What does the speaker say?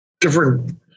different